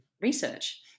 research